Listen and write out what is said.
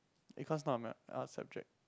econs not a m~ art subject